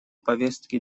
повестки